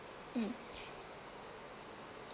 mm